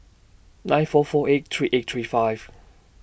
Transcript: nine four four eight three eight three five